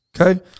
Okay